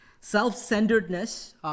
self-centeredness